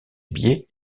billets